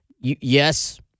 yes